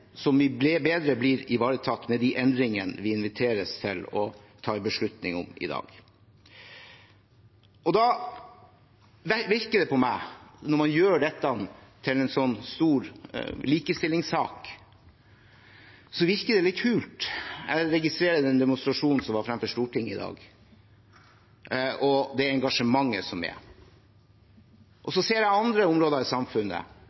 problemstillinger som blir bedre ivaretatt med de endringene vi inviteres til å ta en beslutning om i dag. Det virker litt hult på meg når man gjør dette til en stor likestillingssak. Jeg registrerte den demonstrasjonen som var foran Stortinget i dag, og det engasjementet som finnes. Og så ser jeg andre områder i samfunnet